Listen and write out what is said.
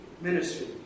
ministry